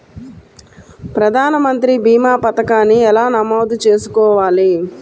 ప్రధాన మంత్రి భీమా పతకాన్ని ఎలా నమోదు చేసుకోవాలి?